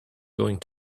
going